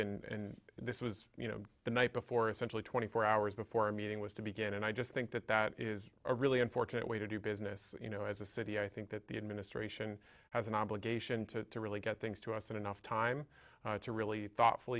and this was you know the night before essentially twenty four hours before a meeting was to begin and i just think that that is a really unfortunate way to do business you know as a city i think that the administration has an obligation to really get things to us enough time to really